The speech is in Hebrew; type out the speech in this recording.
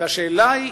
והשאלה היא,